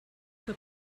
que